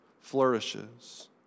flourishes